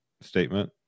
statement